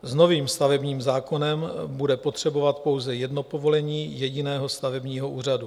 S novým stavebním zákonem bude potřebovat pouze jedno povolení jediného stavebního úřadu.